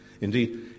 Indeed